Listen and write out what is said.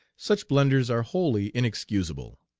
such blunders are wholly inexcusable.